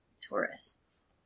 tourists